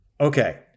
Okay